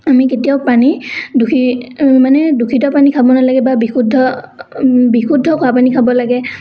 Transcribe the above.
আমি কেতিয়াও পানী দূষি মানে দূষিত পানী খাব নালাগে বা বিশুদ্ধ বিশুদ্ধ খোৱা পানী খাব লাগে